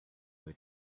way